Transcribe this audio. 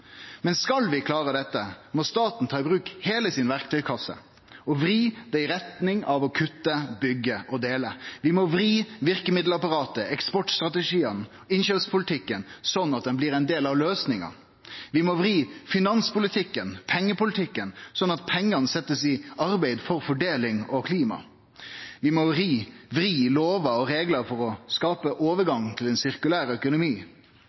Men skal vi klare dette, må staten ta i bruk heile verktøykassa si og vri det i retning av å kutte, byggje og dele. Vi må vri verkemiddelapparatet, eksportstrategiane og innkjøpspolitikken sånn at det blir ein del av løysinga. Vi må vri finanspolitikken og pengepolitikken sånn at pengane blir sette i arbeid for fordeling og klima. Vi må vri lovar og reglar for å skape overgang til ein sirkulær økonomi.